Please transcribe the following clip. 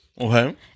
Okay